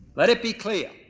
let it be clear,